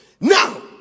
Now